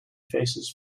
faces